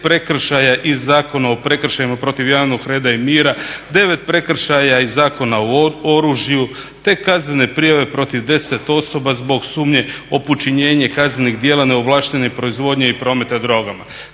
prekršaja iz Zakona o prekršajima protiv javnog reda i mira, 9 prekršaja iz Zakona o oružju, te kaznene prijave protiv 10 osoba zbog sumnje o počinjenje kaznenih djela neovlaštene proizvodnje i prometa drogama.